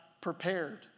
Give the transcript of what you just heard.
prepared